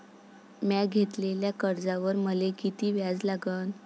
म्या घेतलेल्या कर्जावर मले किती व्याज लागन?